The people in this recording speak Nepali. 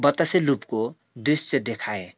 बतासे लुपको दृश्य देखाएँ